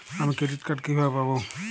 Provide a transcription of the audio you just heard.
আমি credit card কিভাবে পাবো?